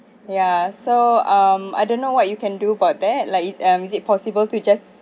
ya so um I don't know what you can do for that like it um is it possible to just